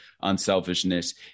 unselfishness